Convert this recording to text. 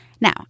Now